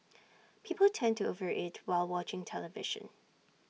people tend to over eat while watching television